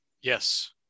Yes